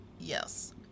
Yes